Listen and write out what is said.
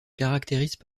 caractérisent